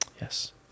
Yes